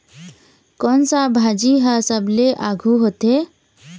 कोन सा भाजी हा सबले आघु होथे?